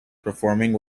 performing